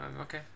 Okay